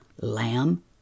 Lamb